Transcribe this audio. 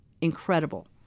incredible